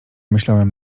myślałem